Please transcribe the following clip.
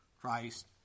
Christ